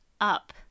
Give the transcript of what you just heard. up